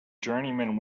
journeyman